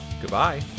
Goodbye